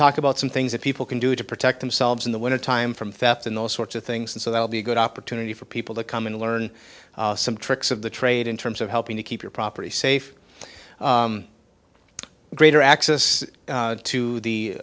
talk about some things that people can do to protect themselves in the wintertime from theft and those sorts of things and so they'll be a good opportunity for people to come and learn some tricks of the trade in terms of helping to keep your property safe greater access to the